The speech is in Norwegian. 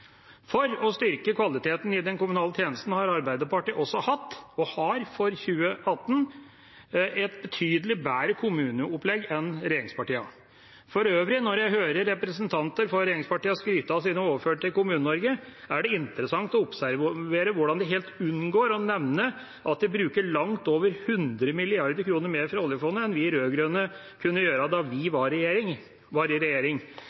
For å styrke kvaliteten i den kommunale tjenesten har Arbeiderpartiet også hatt – og har for 2018 – et betydelig bedre kommuneopplegg enn regjeringspartiene. For øvrig – når jeg hører representanter for regjeringspartiene skryte av sine overføringer til Kommune-Norge, er det interessant å observere hvordan de helt unngår å nevne at de bruker langt over 100 mrd. mer av oljefondet enn de rød-grønne kunne gjøre da vi var i regjering.